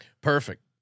Perfect